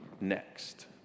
next